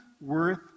Worth